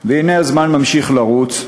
והנה הזמן ממשיך לרוץ,